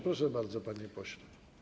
Proszę bardzo, panie pośle.